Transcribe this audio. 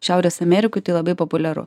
šiaurės amerikoj tai labai populiaru